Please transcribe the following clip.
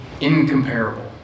Incomparable